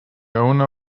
owner